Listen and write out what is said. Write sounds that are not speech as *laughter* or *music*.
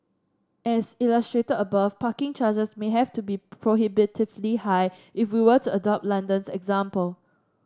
as illustrated above parking charges may have to be *unintelligible* prohibitively high if we were to adopt London's example